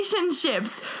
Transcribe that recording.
relationships